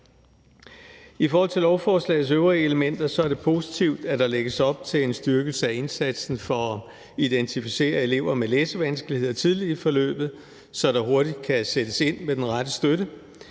I forhold til lovforslagets øvrige elementer er det positivt, at der lægges op til en styrkelse af indsatsen for at identificere elever med læsevanskeligheder tidligt i forløbet, så der hurtigt kan sættes ind med den rette støtte.